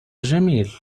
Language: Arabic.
جميل